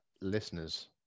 listeners